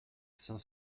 cinq